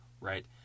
right